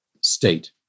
state